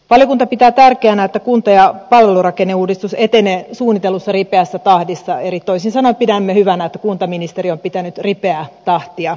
valiokunta pitää tärkeänä että kunta ja palvelurakenneuudistus etenee suunnitellussa ripeässä tahdissa eli toisin sanoen pidämme hyvänä että kuntaministeri on pitänyt ripeää tahtia yllä